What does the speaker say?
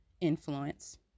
influence